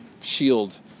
shield